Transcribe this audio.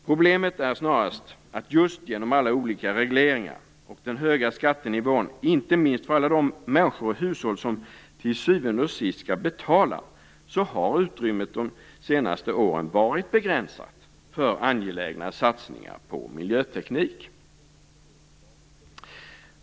Problemet är snarast att just genom alla olika regleringar och den höga skattenivån, inte minst för alla de människor och hushåll som till syvende och sist skall betala, har utrymmet de senaste åren varit begränsat för angelägna satsningar på miljöteknik.